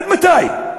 עד מתי?